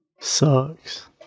Sucks